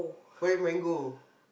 why mango